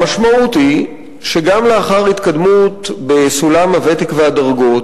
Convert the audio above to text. המשמעות היא שגם לאחר התקדמות בסולם הוותק והדרגות